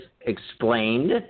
explained